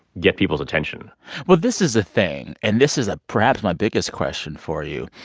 get people's attention well, this is a thing. and this is a perhaps my biggest question for you.